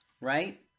right